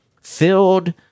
filled